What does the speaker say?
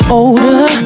older